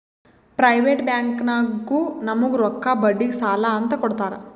private ಬ್ಯಾಂಕ್ನಾಗು ನಮುಗ್ ರೊಕ್ಕಾ ಬಡ್ಡಿಗ್ ಸಾಲಾ ಅಂತ್ ಕೊಡ್ತಾರ್